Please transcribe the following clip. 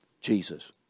Jesus